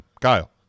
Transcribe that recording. Kyle